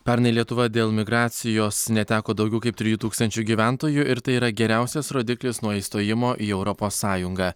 pernai lietuva dėl migracijos neteko daugiau kaip trijų tūkstančių gyventojų ir tai yra geriausias rodiklis nuo įstojimo į europos sąjungą